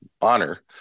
honor